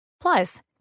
Plus